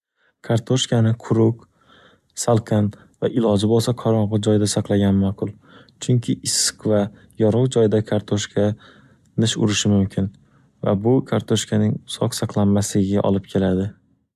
Kartoshkani quruq, salqin va iloji bo'lsa qorong'i joyda saqlagan ma'qul, chunki issik va yorug' joyda kartoshkaa nish urishi mumkin va bu kartoshkaning uzoq saqlanmasligiga olib keladi.